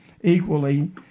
equally